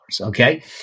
okay